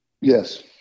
Yes